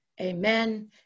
Amen